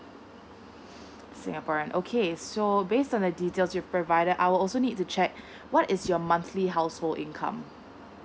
singaporean okay so based on the details you provided I'll also need to check what is your monthly household income